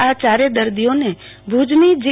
આ ચારે દર્દીઓને ભુજની જી